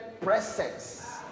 presence